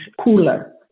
cooler